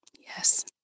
Yes